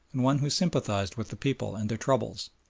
and one who sympathised with the people and their troubles,